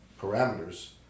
parameters